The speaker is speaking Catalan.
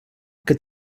que